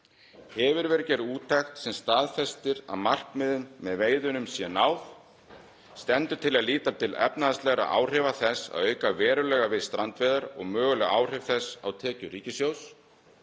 Hefur verið gerð úttekt sem staðfestir að markmiðum með veiðunum sé náð? Stendur til að líta til efnahagslegra áhrifa þess að auka verulega við strandveiðar og möguleg áhrif þess á tekjur ríkissjóðs?